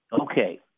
Okay